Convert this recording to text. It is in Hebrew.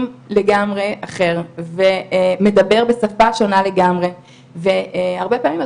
לגמרי אחר ומדבר בשפה שונה לגמרי והרבה פעמים,